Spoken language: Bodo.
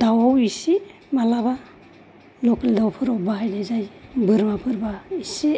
दाउआव एसे मालाबा लकेल दाउफोराव बाहायनाय जायो बोरमाफोरब्ला इसे